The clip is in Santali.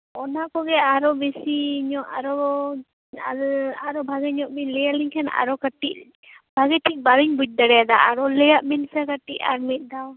ᱚᱱᱟ ᱠᱚᱜᱮ ᱟᱨᱚᱦᱚᱸ ᱵᱤᱥᱤ ᱧᱚᱜ ᱟᱨᱚ ᱟᱨᱚ ᱵᱷᱟᱹᱜᱤᱧᱚᱜ ᱵᱤᱱ ᱞᱟᱹᱭ ᱟᱹᱞᱤᱧ ᱠᱷᱟᱱ ᱟᱨᱚ ᱠᱟᱹᱴᱤᱡ ᱵᱷᱟᱹᱜᱤ ᱴᱷᱤᱠ ᱵᱟᱞᱤᱧ ᱵᱩᱡ ᱫᱟᱲᱮᱭᱟᱫᱟ ᱟᱨᱚ ᱞᱟᱹᱭᱟᱜ ᱵᱤᱱ ᱥᱮ ᱠᱟᱹᱴᱤᱡ ᱟᱨ ᱢᱤᱫ ᱫᱷᱟᱣ